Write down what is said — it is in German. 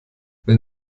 wenn